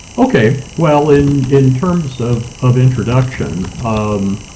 okay well in in terms of of introduction, um